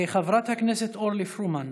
חברת הכנסת אורלי פרומן,